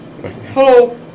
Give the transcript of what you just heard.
Hello